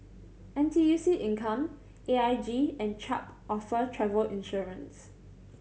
N T U C Income A I G and Chubb offer travel insurance